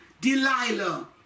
Delilah